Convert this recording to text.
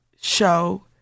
show